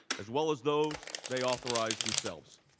as well as those they authorize themselves.